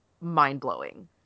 mind-blowing